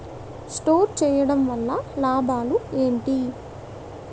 Store చేయడం వల్ల లాభాలు ఏంటి?